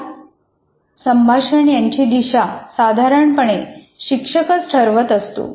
या संभाषण यांची दिशा साधारणपणे शिक्षकच ठरवत असतो